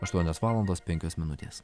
aštuonios valandos penkios minutės